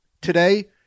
Today